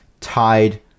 tied